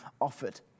offered